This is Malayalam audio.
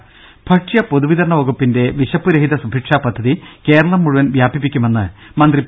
ദേദ ഭക്ഷ്യ പൊതു വിതരണ വകുപ്പിന്റെ വിശപ്പുരഹിത സുഭിക്ഷാ പദ്ധതി കേരളം മുഴുവൻ വ്യാപിപ്പിക്കുമെന്ന് മന്ത്രി പി